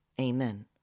Amen